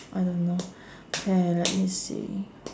I don't know okay let me see